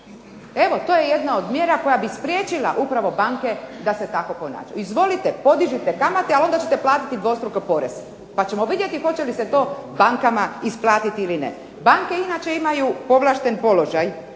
Evo, to je jedna od mjera koja bi spriječila upravo banke da se tako ponašaju. Izvolite, podižite kamate ali onda ćete platiti dvostruko porez pa ćemo vidjeti hoće li se to bankama isplatiti ili ne. Banke inače imaju povlašteni položaj